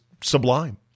sublime